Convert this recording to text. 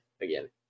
again